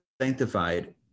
sanctified